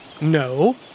No